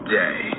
day